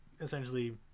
essentially